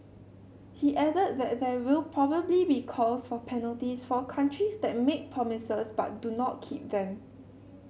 he added that there will probably be calls for penalties for countries that make promises but do not keep them